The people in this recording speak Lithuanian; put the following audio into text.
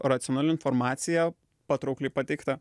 racionali informacija patraukliai pateikta